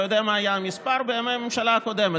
אתה יודע מה היה המספר בימי הממשלה הקודמת?